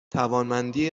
توانمندی